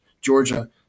Georgia